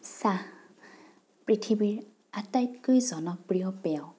চাহ পৃথিৱীৰ আটাইতকৈ জনপ্ৰিয় পেয়